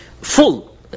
full